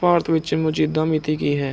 ਭਾਰਤ ਵਿੱਚ ਮੌਜੂਦਾ ਮਿਤੀ ਕੀ ਹੈ